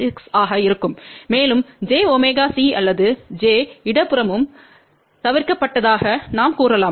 36 ஆக இருக்கும் மேலும் jωC அல்லது j இருபுறமும் தவிர்க்கப்பட்டதாக நாம் கூறலாம்